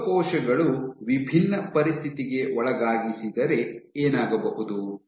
ಜೀವಕೋಶಗಳು ವಿಭಿನ್ನ ಪರಿಸ್ಥಿತಿಗೆ ಒಳಗಾಗಿಸಿದರೆ ಏನಾಗಬಹುದು